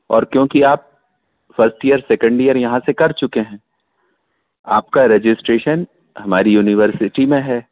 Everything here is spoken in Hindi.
और क्योंकि आप फर्स्ट ईयर सेकंड ईयर यहाँ से कर चुके हैं आपका रजिस्ट्रेशन हमारी यूनिवर्सिटी में है